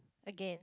again